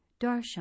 Darshan